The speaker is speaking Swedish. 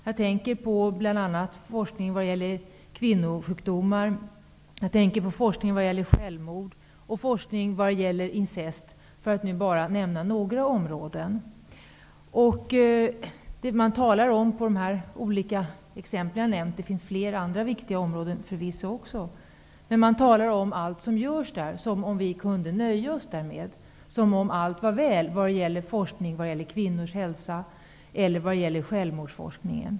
Jag tänker bl.a. på forskningen om kvinnosjukdomar, självmord och incest för att nämna några områden. Det finns förvisso flera viktiga områden. Men när det gäller de områden jag nämnt, talar man om allt som görs där som om vi kunde nöja oss med det. Det låter som om allt var väl när det gäller forskning om kvinnors hälsa eller när det gäller självmordsforskningen.